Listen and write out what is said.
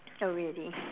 I will ready